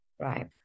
Right